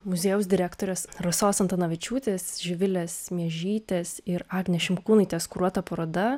muziejaus direktorės rasos antanavičiūtės živilės miežytės ir agnės šimkūnaitės kuruota paroda